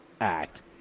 act